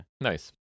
Nice